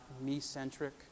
me-centric